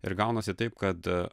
ir gaunasi taip kad